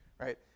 right